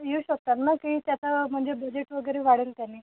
येऊ शकतात ना की त्याचा म्हणजे बजेट वगैरे वाढेल त्याने